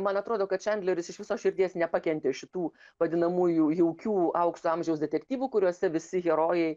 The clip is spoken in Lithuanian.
man atrodo kad čandleris iš visos širdies nepakentė šitų vadinamųjų jaukių aukso amžiaus detektyvų kuriuose visi herojai